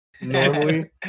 normally